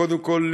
קודם כול,